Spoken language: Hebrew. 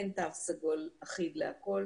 אין תו סגול אחיד להכול.